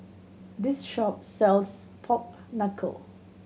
this shop sells pork knuckle